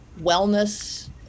wellness